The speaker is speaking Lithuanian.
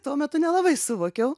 tuo metu nelabai suvokiau